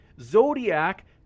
zodiac